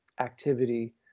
activity